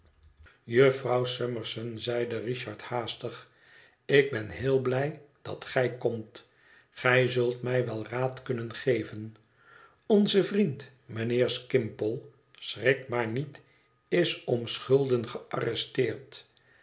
jufvrouw summerson zeide richard haastig ik ben heel blij dat gij komt gij zult mij wel raad kunnen geven onze vriend mijnheer skimpole schrik maar niet is om schulden gearresteerd